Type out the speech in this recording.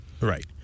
right